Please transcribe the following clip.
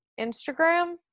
Instagram